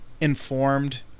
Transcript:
informed